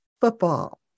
football